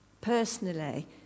personally